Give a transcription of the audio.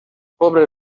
poble